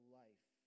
life